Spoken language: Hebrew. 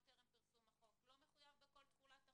טרם פרסום החוק לא מחויב בכל תחולת החוק.